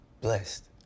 blessed